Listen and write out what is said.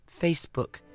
Facebook